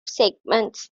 segments